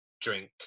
drink